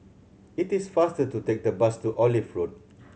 it is faster to take the bus to Olive Road